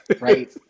Right